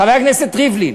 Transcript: חבר הכנסת ריבלין,